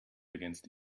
against